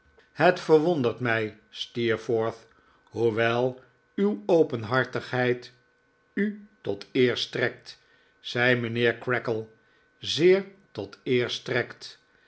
het verwondert mij steerforth hoewel uw openhartigheid u tot eer strekt zei mijnheer creakle zeer tot eer strekt